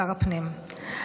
שר הפנים.